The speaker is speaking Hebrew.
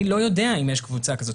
אני לא יודע אם יש קבוצה כזאת,